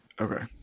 okay